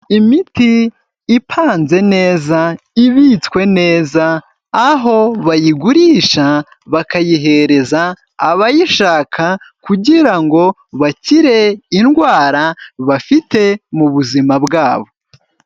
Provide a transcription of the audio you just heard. Imiti ipanze neza ibitswe neza aho bayigurisha bakayihereza abayishaka kugira ngo bakire indwara bafite mu buzima bwabo.